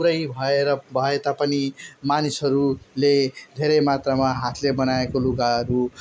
पुरै भएर भए तापनि मानिसहरूले धेरै मात्रामा हातले बनाएको लुगाहरू